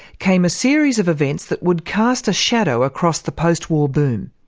came a series of events that would cast a shadow across the post-war boom.